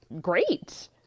great